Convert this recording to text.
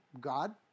God